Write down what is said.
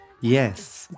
Yes